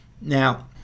Now